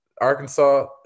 Arkansas